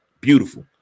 Beautiful